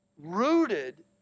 rooted